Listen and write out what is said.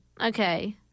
okay